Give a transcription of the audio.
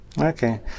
okay